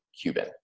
Cuban